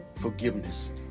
forgiveness